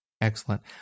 Excellent